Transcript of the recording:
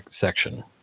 section